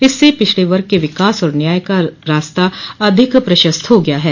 इससे पिछड़े वर्ग के विकास और न्याय का रास्ता अधिक प्रशस्त हो गया है